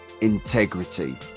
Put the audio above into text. integrity